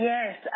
Yes